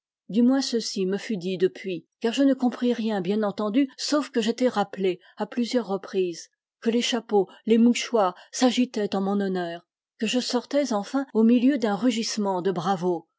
du moins ceci me fut dit depuis car je ne compris rien bien entendu sauf que j'étais rappelé à plusieurs reprises que les chapeaux les mouchoirs s'agitaient en mon honneur que je sortais enfin au milieu d'un rugissement de bravos